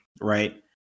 right